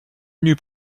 nue